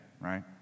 right